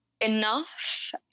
enough